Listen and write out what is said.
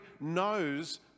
knows